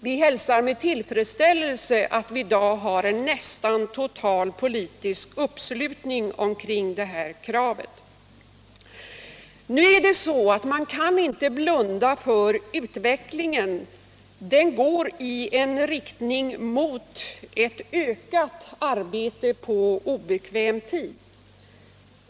Vi hälsar med tillfredsställelse att det i dag råder nästan total politisk uppslutning omkring det kravet. Nu är det så att man kan inte blunda för utvecklingen, och den går i riktning mot ökat arbete på obekväm tid.